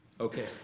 Okay